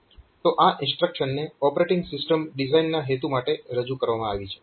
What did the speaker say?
તો આ ઇન્સ્ટ્રક્શનને ઓપરેટીંગ સિસ્ટમ ડિઝાઇનના હેતુ માટે રજૂ કરવામાં આવી છે